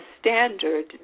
standard